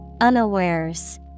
unawares